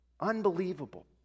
unbelievable